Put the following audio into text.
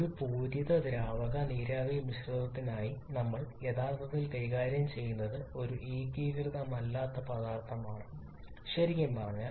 ഒരു പൂരിത ദ്രാവക നീരാവി മിശ്രിതത്തിനായി നമ്മൾ യഥാർത്ഥത്തിൽ കൈകാര്യം ചെയ്യുന്നത് ഒരു ഏകീകൃതമല്ലാത്ത പദാർത്ഥമാണ് ശരിക്കും പറഞ്ഞാൽ